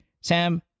Sam